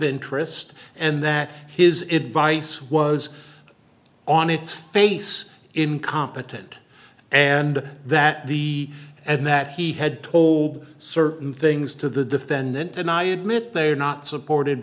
interest and that his it vice was on its face incompetent and that the and that he had told certain things to the defendant and i admit they are not supported